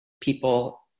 people